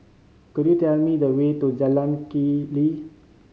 could you tell me the way to Jalan Keli